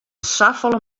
safolle